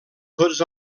tots